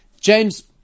James